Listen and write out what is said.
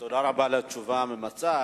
תודה רבה על התשובה הממצה.